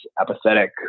apathetic